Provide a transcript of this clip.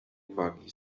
uwagi